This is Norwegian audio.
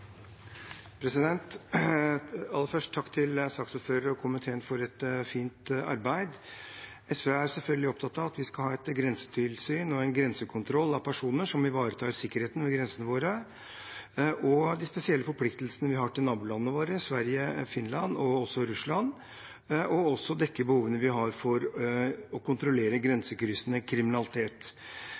selvfølgelig opptatt av at vi skal ha et grensetilsyn og en grensekontroll av personer som ivaretar sikkerheten ved grensene våre og de spesielle forpliktelsene vi har til nabolandene våre, Sverige, Finland og Russland, og også dekke behovene vi har for å kontrollere grensekryssende kriminalitet.